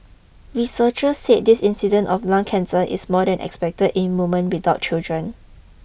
researcher said this incidence of lung cancer is more than expected in woman without children